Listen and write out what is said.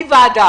אני ועדה.